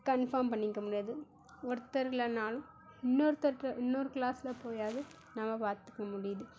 confirm பண்ணிக்க முடியாது ஒருத்தர் இல்லைனாலும் இன்னொருத்தர்கிட்ட இன்னொரு கிளாஸில் போயாவது நம்ம பார்த்துக்க முடியுது